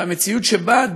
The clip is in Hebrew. והמציאות שבה,